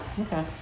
okay